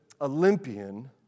Olympian